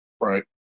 right